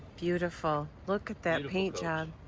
beautiful. look at that paint job.